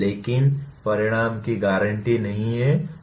लेकिन परिणाम की गारंटी नहीं है